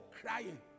crying